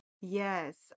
Yes